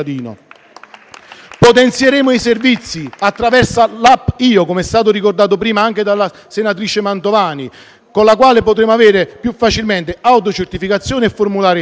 Potenzieremo i servizi attraverso la *app* IO, ricordata prima anche dalla senatrice Mantovani, con la quale potremo avere più facilmente autocertificazioni e formulare istanze.